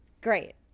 Great